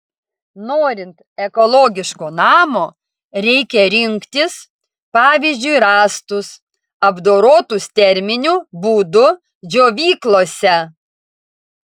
norint ekologiško namo reikia rinktis pavyzdžiui rąstus apdorotus terminiu būdu džiovyklose